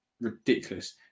ridiculous